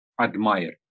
admire